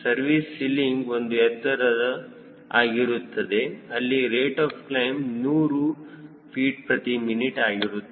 service ceiling ಒಂದು ಎತ್ತರ ಆಗಿರುತ್ತದೆ ಅಲ್ಲಿ ರೇಟ್ ಆಫ್ ಕ್ಲೈಮ್ 100 ftmin ಆಗಿರುತ್ತದೆ